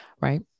right